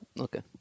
Okay